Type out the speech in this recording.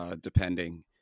depending